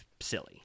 silly